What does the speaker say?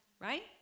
right